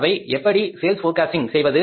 அவை எப்படி விற்பனையை முன்கணிப்பு செய்வது